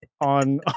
on